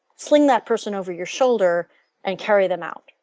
sling that person over your shoulder and carry them out.